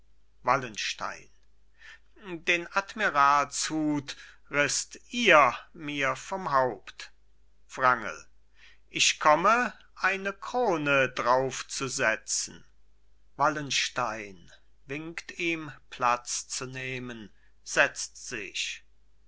wallenstein den admiralshut rißt ihr mir vom haupt wrangel ich komme eine krone draufzusetzen wallenstein winkt ihm platz zu nehmen setzt sich